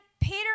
Peter